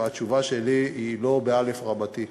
והתשובה שלי היא לא באל"ף רבתי.